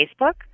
Facebook